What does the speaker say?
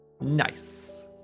Nice